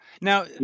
Now